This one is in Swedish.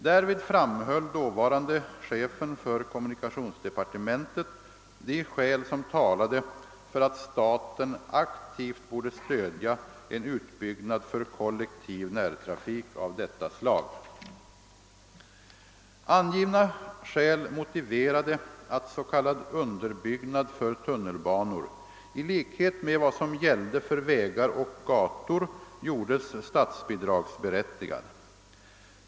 Därvid framhöll dåvarande chefen för kommunikationsdepartementet de skäl som talade för att staten aktivt borde stödja en utbyggnad för kollektiv närtrafik av detta slag. Angivna skäl motiverade att s.k. underbyggnad för tunnelbanor i likhet med vad som gällde för vägar och gator gjordes statsbidragsberättigad.